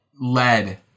lead